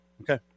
Okay